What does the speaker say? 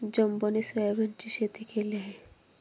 जंबोने सोयाबीनची शेती केली आहे